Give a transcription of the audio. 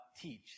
teach